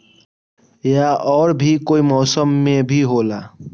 या और भी कोई मौसम मे भी होला?